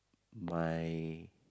my